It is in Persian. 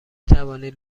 توانید